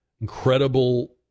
incredible